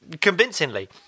convincingly